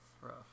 rough